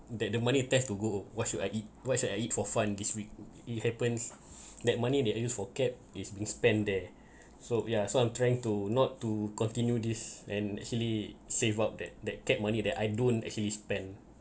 that the money tends to go what should I eat what should I eat for fun this week it happens that money that I use for cab is being spent there so ya so I'm trying to not to continue this and actually save up that that cab money that I don't actually spend